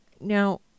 Now